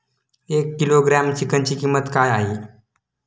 एक किलोग्रॅम चिकनची किंमत काय आहे?